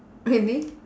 really